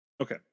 Okay